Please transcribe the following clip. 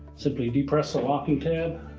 simply depress the locking tab,